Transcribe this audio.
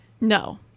No